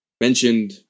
mentioned